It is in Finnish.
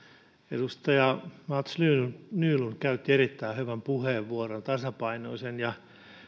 edustaja mats nylund nylund käytti erittäin hyvän puheenvuoron tasapainoisen ja